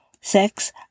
sex